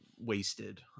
wasted